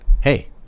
hey